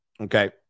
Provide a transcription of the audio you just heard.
Okay